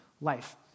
life